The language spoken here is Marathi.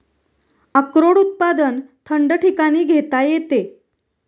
अक्रोड उत्पादन थंड ठिकाणी घेता येते